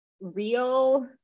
real